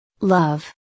Love